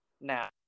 now